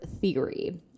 theory